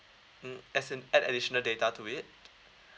mm as in add additional data to it